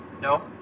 No